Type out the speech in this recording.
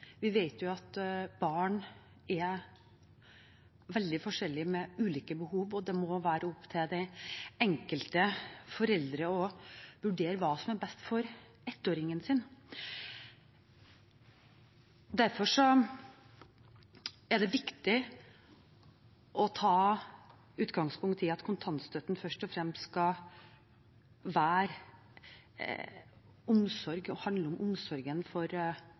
Vi vet at barn er veldig forskjellige og har ulike behov, og det må være opp til de enkelte foreldre å vurdere hva som er best for ettåringen sin. Derfor er det viktig å ta utgangspunkt i at kontantstøtten først og fremst skal handle om omsorgen for